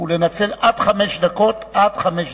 ולנצל עד חמש דקות, עד חמש דקות,